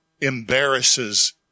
embarrasses